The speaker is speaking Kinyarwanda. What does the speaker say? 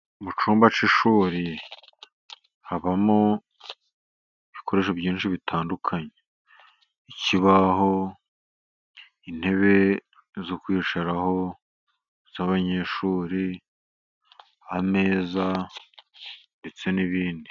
Mu cyumba cy'ishuri habamo ibikoresho byinshi bitandukanye. Ikibaho, intebe zo kwicaraho z'abanyeshuri, ameza ndetse n'ibindi.